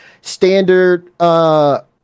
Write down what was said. standard